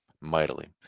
mightily